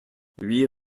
huit